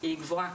היא גבוהה.